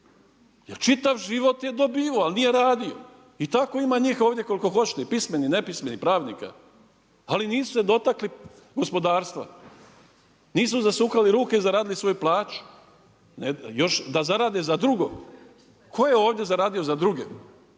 jel čitav život je dobivao, ali nije radio. I tako ima njih ovdje koliko hoćete i pismenih i nepismenih i pravnika ali nisu se dotakli gospodarstva, nisu zasukali ruke i zaradili svoju plaću. Još da zarade za drugog, tko je ovdje zaradio za druge?